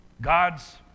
God's